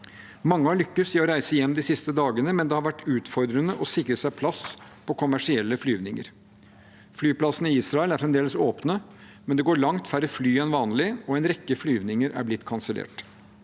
Mange har lyktes i å reise hjem de siste dagene, men det har vært utfordrende å sikre seg plass på kommersielle flyvninger. Flyplassene i Israel er fremdeles åpne, men det går langt færre fly enn vanlig – og en rekke flyvninger har blitt kansellert.